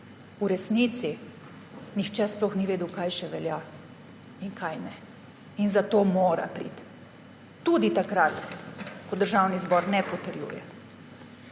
v resnici sploh nihče ni vedel, kaj še velja in kaj ne. In zato mora priti tudi takrat, ko Državni zbor ne potrjuje.